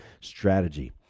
strategy